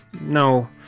No